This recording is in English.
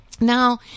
Now